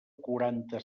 quaranta